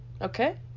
Okay